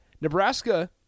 Nebraska